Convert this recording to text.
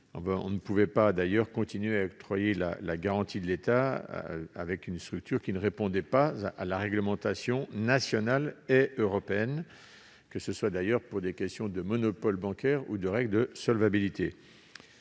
On ne pouvait pas continuer à octroyer la garantie de l'État, à travers une structure ne répondant pas à la réglementation nationale et européenne, que ce soit, d'ailleurs, pour des questions de monopole bancaire ou pour des questions